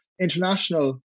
international